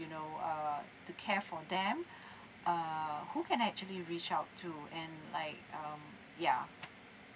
you know uh to care for them err who can I actually reach out to and like um yeah